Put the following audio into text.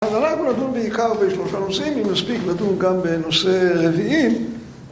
אז אנחנו נדון בעיקר בשלושה נושאים, אם נספיק נדון גם בנושא רביעי